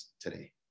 today